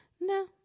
No